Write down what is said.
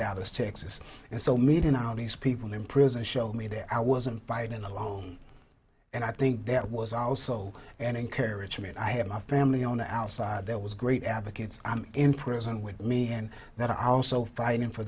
dallas texas and so meeting all these people in prison show me that i wasn't fighting alone and i think that was also an encouragement i have my family on the outside there was great advocates in prison with me and they're also fighting for